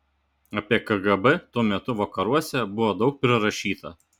apie kgb tuo metu vakaruose buvo daug prirašyta